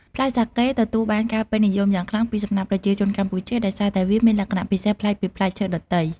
ផ្លែសាកេទទួលបានការពេញនិយមយ៉ាងខ្លាំងពីសំណាក់ប្រជាជនកម្ពុជាដោយសារតែវាមានលក្ខណៈពិសេសប្លែកពីផ្លែឈើដទៃ។